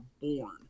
born